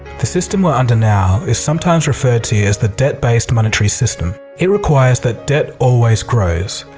the system we're under now is sometimes referred to as the debt based monetary system. it requires that debt always grows.